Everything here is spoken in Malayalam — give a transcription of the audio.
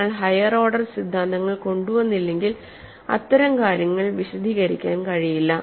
നിങ്ങൾ ഹൈയർ ഓർഡർ സിദ്ധാന്തങ്ങൾ കൊണ്ടുവന്നില്ലെങ്കിൽ അത്തരം കാര്യങ്ങൾ വിശദീകരിക്കാൻ കഴിയില്ല